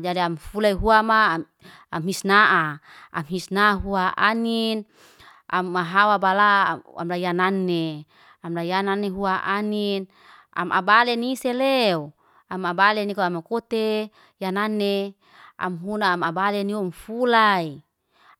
jadi amfulai fua ma, am hisnaa. Am hisnaa, am hisnaa hua anin, amahawa bala amrayanane. Amrayanane hua anin, am abaleni nise leo. Am abale niko amakute yanane. Amhuna am abale nyumfulay.